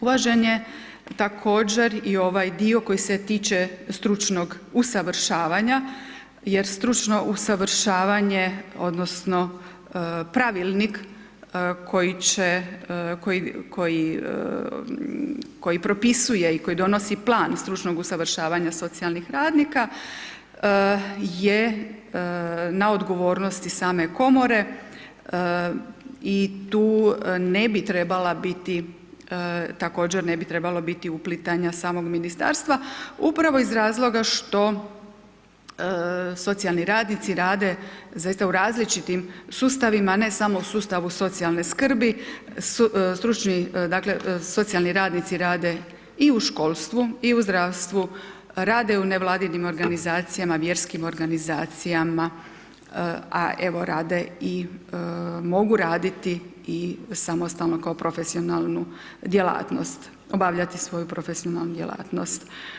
Uvažen je također i ovaj dio koji se tiče stručnog usavršavanja jer stručno usavršavanje odnosno pravilnik koji propisuje i koji donosi plan stručnog usavršavanja socijalnih radnika je na odgovornost i same komore i tu ne bi trebala biti, također ne bi trebalo biti uplitanja samog ministarstva upravo iz razloga što socijalni radnici rade zaista u različitim sustavima, ne samo u sustavu socijalne skrbi, dakle socijalni radnici rade i u školstvu i u zdravstvu, rade u nevladinim organizacijama, vjerskim organizacijama, a evo rade i mogu raditi i samostalno kao profesionalnu djelatnost, obavljati svoju profesionalnu djelatnost.